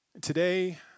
Today